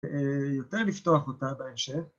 ‫יותר לפתוח אותה בהמשך.